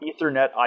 Ethernet